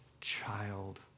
child